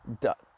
duck